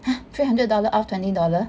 !huh! three hundred dollar off twenty dollar